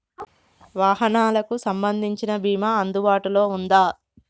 వాహనాలకు సంబంధించిన బీమా అందుబాటులో ఉందా?